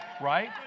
right